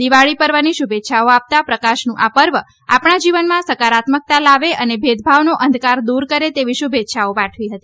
દિવાળી પર્વની શુભેચ્છાઓ આપતાં પ્રકાશનું આ પર્વ આપણા જીવનમાં સકારાત્મકતા લાવે અને ભેદભાવનો અંધકાર દુર કરે તેવી શુભેચ્છાઓ પાઠવી હતી